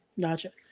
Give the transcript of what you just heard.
Gotcha